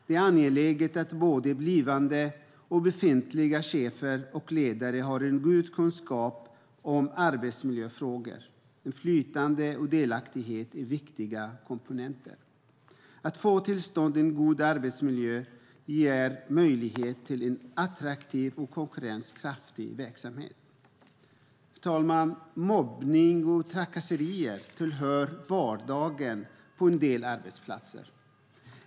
Det är angeläget att både blivande och befintliga chefer och ledare har en god kunskap om arbetsmiljöfrågor. Inflytande och delaktighet är viktiga komponenter. Att få till stånd en god arbetsmiljö ger möjlighet till en attraktiv och konkurrenskraftig verksamhet. Herr talman! Mobbning och trakasserier tillhör vardagen på en del arbetsplatser.